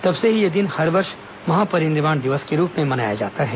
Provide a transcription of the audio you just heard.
तब से ही यह दिन हर वर्ष महापरिनिर्वाण दिवस के रूप में मनाया जाता है